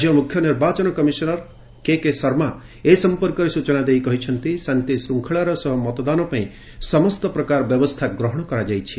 ରାଜ୍ୟ ମୁଖ୍ୟ ନିର୍ବାଚନ କମିଶନର କେକେ ଶର୍ମା ଏ ସମ୍ପର୍କରେ ସୂଚନା ଦେଇ କହିଛନ୍ତି ଶାନ୍ତିଶୃଙ୍ଖଳାର ସହ ମତଦାନପାଇଁ ସମସ୍ତ ପ୍ରକାର ବ୍ୟବସ୍ଥା ଗ୍ରହଣ କରାଯାଇଛି